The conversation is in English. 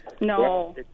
No